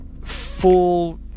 full